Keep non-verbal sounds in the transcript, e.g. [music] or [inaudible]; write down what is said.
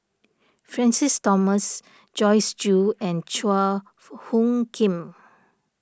Francis Thomas Joyce Jue and Chua [hesitation] Phung Kim